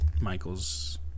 Michael's